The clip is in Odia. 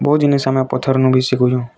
ବହୁତ ଜିନିଷ ଆମେ ପଥର ନା ବିଶି କଲୁ